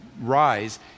rise